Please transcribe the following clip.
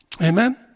Amen